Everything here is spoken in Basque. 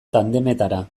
tandemetara